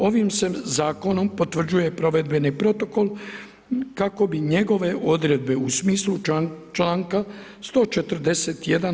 Ovim se zakonom potvrđuje provedbeni protokol, kako bi njegove odredbe u smislu članka 141.